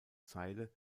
zeile